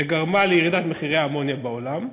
שגרמה לירידת מחיר האמוניה בעולם.